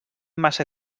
massa